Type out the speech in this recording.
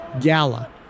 Gala